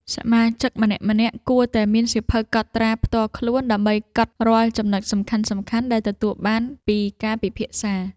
សមាជិកម្នាក់ៗគួរតែមានសៀវភៅកត់ត្រាផ្ទាល់ខ្លួន ដើម្បីកត់រាល់ចំណុចសំខាន់ៗដែលទទួលបានពីការពិភាក្សា។